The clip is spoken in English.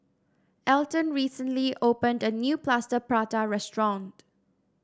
Alton recently opened a new Plaster Prata restaurant